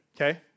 Okay